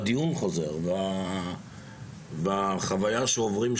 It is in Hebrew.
והדיון חוזר בחוויה שעוברים,